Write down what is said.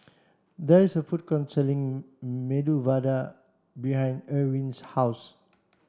there is a food court selling Medu Vada behind Ewin's house